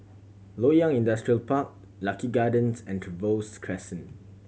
Loyang Industrial Park Lucky Gardens and Trevose Crescent